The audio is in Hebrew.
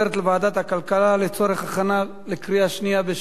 הכלכלה לצורך הכנה לקריאה שנייה ושלישית.